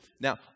Now